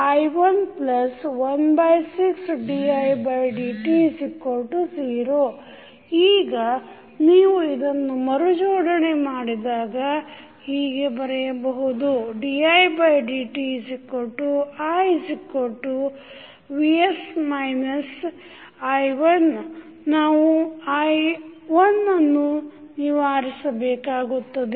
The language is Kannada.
vsi116didt0 ಈಗ ನೀವು ಇದನ್ನು ಮರುಜೋಡಣೆ ಮಾಡಿದಾಗ ಹೀಗೆ ಬರೆಯಬಹುದುdidtivs i1 ನಾವು i1 ಅನ್ನು ನಿವಾರಿಸಬೇಕಾಗುತ್ತದೆ